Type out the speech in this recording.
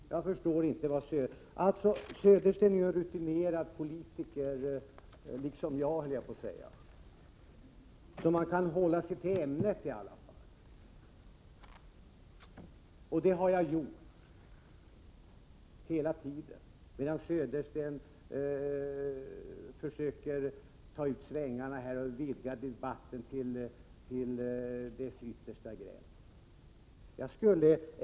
Bo Södersten är, liksom jag, höll jag på att säga en rutinerad politiker och borde åtminstone kunna hålla sig till ämnet, vilket jag hela tiden har gjort medan Bo Södersten försöker ta ut svängarna och vidga debatten till dess yttersta gräns.